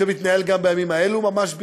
שמתנהל גם בימים האלה ממש בהיסטריה,